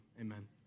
Amen